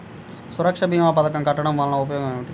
సురక్ష భీమా పథకం కట్టడం వలన ఉపయోగం ఏమిటి?